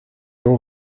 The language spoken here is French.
non